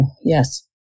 Yes